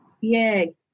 yay